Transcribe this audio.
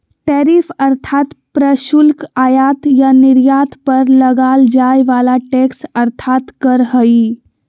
tariff अर्थात् प्रशुल्क आयात या निर्यात पर लगाल जाय वला टैक्स अर्थात् कर हइ